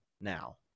now